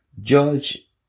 George